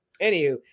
anywho